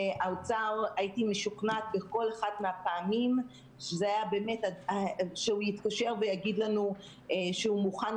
הייתי משוכנעת בכל אחת מהפעמים שהאוצר יתקשר ויגיד לנו שהוא כבר מוכן,